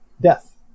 death